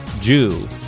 Jew